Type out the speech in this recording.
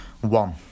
One